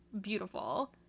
beautiful